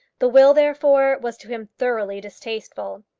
the will, therefore, was to him thoroughly distasteful.